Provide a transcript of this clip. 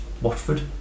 Watford